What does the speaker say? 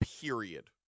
Period